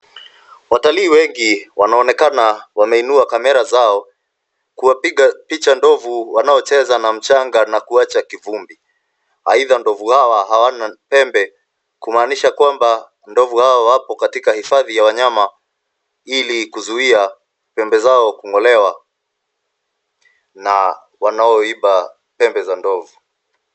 Watalii wengi wanaonekana wameinua kamera zao kuwapiga picha ndovu wanaocheza na mchanga na kuacha kivumbi. Aidha ndovu hawana pembe, kumanisha kwamba ndovu hao wapo katika hifadhi ya wanyama ili kuzuia pembe zao kung'olewa na wanaoiba pembe za ndovu.